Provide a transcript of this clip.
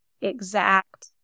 exact